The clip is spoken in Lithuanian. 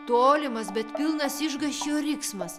tolimas bet pilnas išgąsčio riksmas